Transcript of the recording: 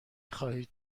خواهید